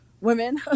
women